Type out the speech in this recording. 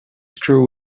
screw